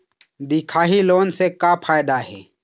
दिखाही लोन से का फायदा हे?